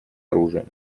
оружием